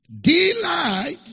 delight